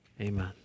amen